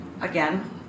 again